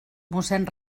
mossén